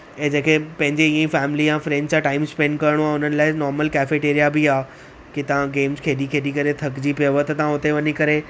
ऐं जेके पंहिंजे हीअं फॅमिली या फ्रेंड्स सां टाइम स्पेंड करिणो आहे हुननि लाइ नार्मल केफेटेरिया बि आहे के तव्हां गेम्स खेॾी खेॾी करे थकिजी पियव त तव्हां हुते वञी करे